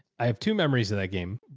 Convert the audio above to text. i have two memories of that game.